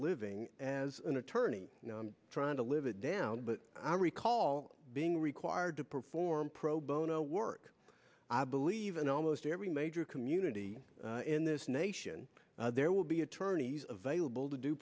living as an attorney trying to live it down but i recall being required to perform pro bono work i believe in almost every major community in this nation there will be attorneys available to do